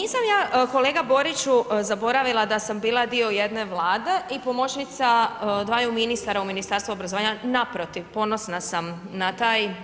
Nisam ja kolega Boriću zaboravila da sam bila dio jedne vlade i pomoćnica dvaju ministara u Ministarstvu obrazovanja, naprotiv ponosna sam na taj